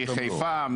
-- מחיפה,